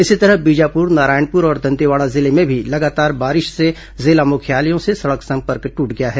इसी तरह बीजापुर नारायणपुर और दंतेवाड़ा जिले में भी लगातार बारिश से जिला मुख्यालयों से सड़क संपर्क टूटा हुआ है